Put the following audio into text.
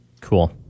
Cool